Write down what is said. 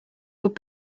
would